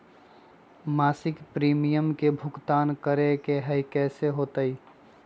मासिक प्रीमियम के भुगतान करे के हई कैसे होतई?